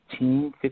15